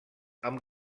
amb